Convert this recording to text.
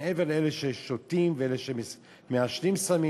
מעבר לאלה ששותים ומעשנים סמים.